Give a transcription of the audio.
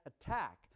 attack